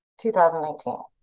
2019